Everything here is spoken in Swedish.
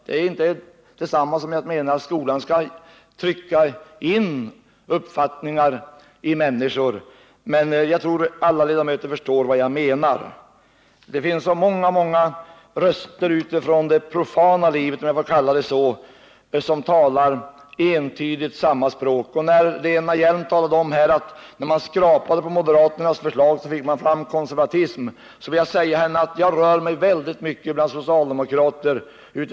Det betyder inte att jag menar att skolan skall trycka in uppfattningar hos människor. Jag tror att alla ledamöter förstår vad jag menar. Det finns många, många röster ute i det profana livet, om jag får kalla det så, som entydigt talar samma språk. Lena Hjelm-Wallén sade att när man skrapar på moderaternas förslag får man fram konservatism. Till henne vill jag säga att jag i det praktiska livet rör mig väldigt mycket ute bland socialdemokrater.